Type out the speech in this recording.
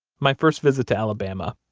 my first visit to alabama,